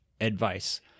Advice